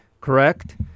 Correct